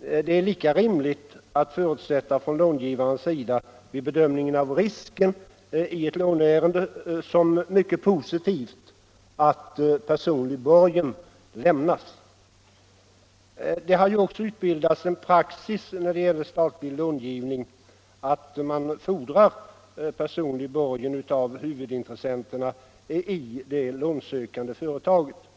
det är lika rimligt att förutsätta att långivaren vid bedömningen av risken i ett låneärende betraktar det som mycket positivt att personlig borgen lämnas. Det har ju också utbildats en praxis när det gäller statlig långivning att man fordrar personlig borgen av huvudintressenterna i det lånsökande företaget.